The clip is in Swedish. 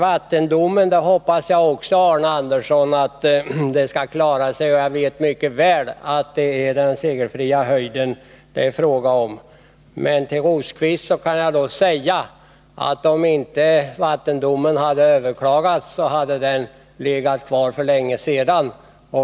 Jag hoppas också, Arne Andersson, att frågan om vattendomen kan reda upp sig. Jag vet mycket väl att det är den segelfria höjden det är fråga om. Till Birger Rosqvist kan jag säga att om inte vattendomen hade överklagats hade den legat fast.